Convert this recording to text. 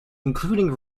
including